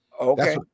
Okay